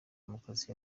demokarasi